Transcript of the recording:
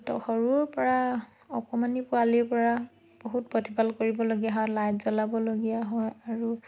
সিহঁতক সৰুৰপৰা অকমানি পোৱালিৰপৰা বহুত প্ৰতিপাল কৰিবলগীয়া হয় লাইট জ্বলাবলগীয়া হয় আৰু